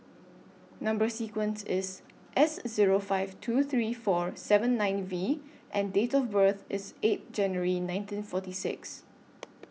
Number sequence IS S Zero five two three four seven nine V and Date of birth IS eight January nineteen forty six